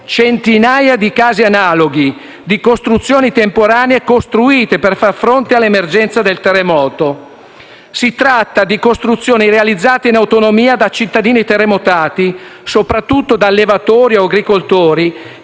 centinaia di casi analoghi, di costruzioni temporanee costruite per far fronte all'emergenza del terremoto. Si tratta di costruzioni realizzate in autonomia da cittadini terremotati, soprattutto da allevatori e agricoltori